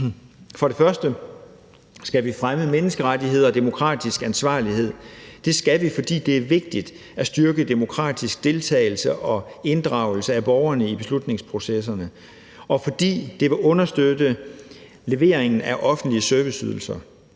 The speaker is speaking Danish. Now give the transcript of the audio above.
For det første skal vi fremme menneskerettigheder og demokratisk ansvarlighed. Det skal vi, fordi det er vigtigt at styrke demokratisk deltagelse og inddragelse af borgerne i beslutningsprocesserne, og fordi det vil understøtte leveringen af offentlige serviceydelser.